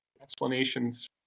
explanations